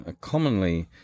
commonly